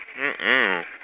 Mm-mm